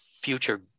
future